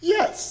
Yes